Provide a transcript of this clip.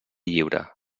lliure